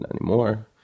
anymore